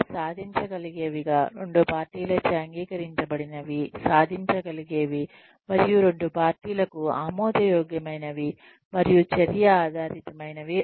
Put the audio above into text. అవి సాధించగలిగేవిగా రెండు పార్టీలచే అంగీకరించబడినవి సాధించగలిగేవి మరియు రెండు పార్టీలకు ఆమోదయోగ్యమైనవి మరియు చర్య ఆధారితమైనవి